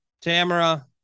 Tamara